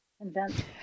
invent